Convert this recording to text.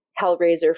Hellraiser